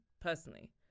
personally